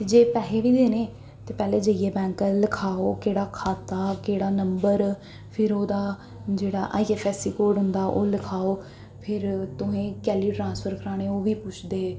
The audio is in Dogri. ते जे पैहे बी देने ते पैह्लें जाइयै बैंका च लखाओ केह्ड़ा खात्ता केह्ड़ा नंबर फिर ओह्दा जेह्ड़ा I F S C code होंदा ओह् लखाओ फिर तुसें कैह्ली ट्रांस्फर कराने ओह् बी पुछदे